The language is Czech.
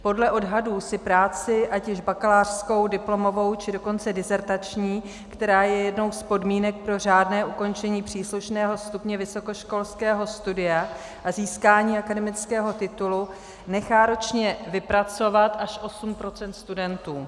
Podle odhadů si práci, ať již bakalářskou, diplomovou, či dokonce dizertační, která je jednou z podmínek pro řádné ukončení příslušného stupně vysokoškolského studia a získání akademického titulu, nechá ročně vypracovat až osm procent studentů.